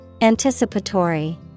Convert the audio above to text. Anticipatory